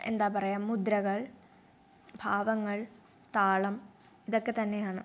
എന്താ പറയുക മുദ്രകൾ ഭാവങ്ങൾ താളം ഇതൊക്കെ തന്നെയാണ്